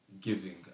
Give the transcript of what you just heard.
giving